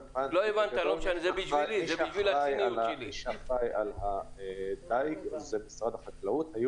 מי שאחראי על הדייג זה משרד החקלאות.